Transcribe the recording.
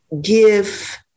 give